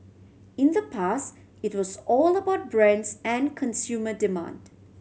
in the past it was all about brands and consumer demand